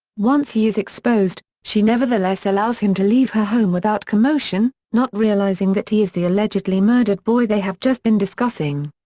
once he is exposed, she nevertheless allows him to leave her home without commotion, not realizing that he is the allegedly murdered boy they have just been discussing.